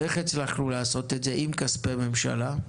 איך הצלחנו לעשות את זה עם כספי ממשלה?